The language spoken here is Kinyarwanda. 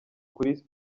kuri